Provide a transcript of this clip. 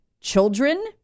Children